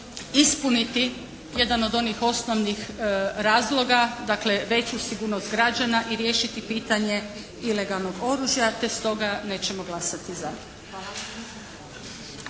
ispuniti jedan od onih osnovnih razloga dakle veću sigurnost građana i riješiti pitanje ilegalnog oružja te stoga nećemo glasati za.